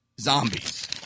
zombies